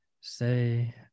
say